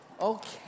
Okay